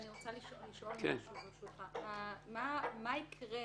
מה יקרה